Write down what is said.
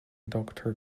doctor